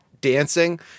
dancing